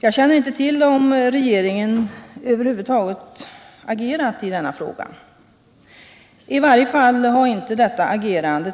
Jag känner inte till om regeringen över huvud taget agerat i denna fråga. I varje fall har tydligen inte detta agerande